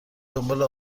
دنبال